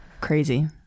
crazy